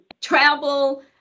travel